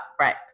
right